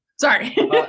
sorry